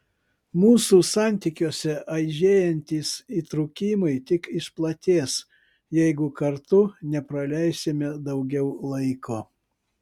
mūsų santykiuose aižėjantys įtrūkimai tik išplatės jeigu kartu nepraleisime daugiau laiko